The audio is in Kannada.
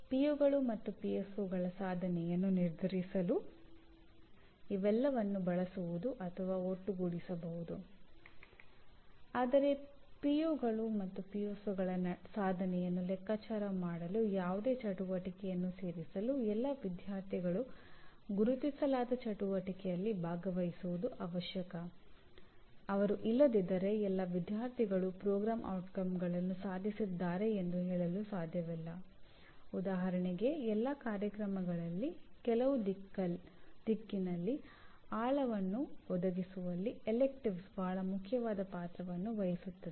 ಪಿಒಗಳು ಸಾಧನೆಯನ್ನು ನಿರ್ಧರಿಸಲು ಇವೆಲ್ಲವನ್ನೂ ಬಳಸಬಹುದು ಅಥವಾ ಒಟ್ಟುಗೂಡಿಸಬಹುದು